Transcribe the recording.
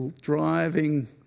driving